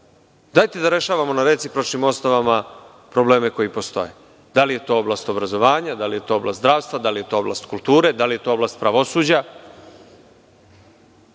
dajte da rešavamo na recipročnim osnovama probleme koji postoje. Da li je to oblast obrazovanja, da li je to oblast zdravstva, da li je to oblast kulture, da li je to oblast pravosuđa,